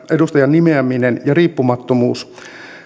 edustajan nimeäminen ja riippumattomuus